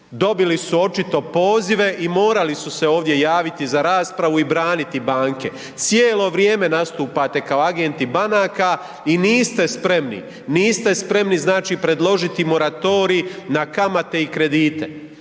Dobili su očito pozive i morali su se ovdje javiti za raspravu i braniti banke. Cijelo vrijeme nastupate kao agenti banaka i niste spremni, niste spremni znači predložiti moratorij na kamate i kredite.